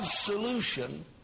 Solution